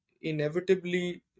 inevitably